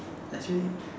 actually